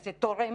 איזה תורם